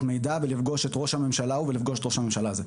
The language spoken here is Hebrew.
מידע ולפגוש את ראש הממשלה ההוא או ראש הממשלה הזה.